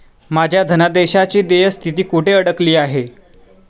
माझ्या धनादेशाची देय स्थिती कुठे अडकली आहे?